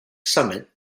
summit